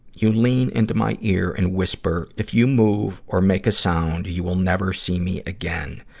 you lean into my ear and whisper, if you move or make a sound, you will never see me again.